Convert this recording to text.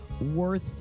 worth